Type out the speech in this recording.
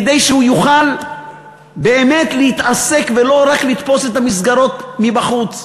כדי שהוא יוכל באמת להתעסק ולא רק לתפוס את המסגרות מבחוץ.